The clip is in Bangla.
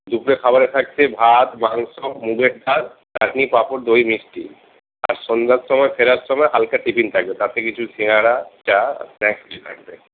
দুপুরে খাবারে থাকছে ভাত মাংস মুগের ডাল চাটনি পাপড় দই মিষ্টি আর সন্ধ্যার সময় ফেরার সময় হালকা টিফিন থাকবে তাতে কিছু সিঙ্গাড়া চা স্ন্যাক্স কিছু থাকবে